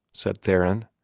said theron.